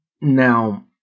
Now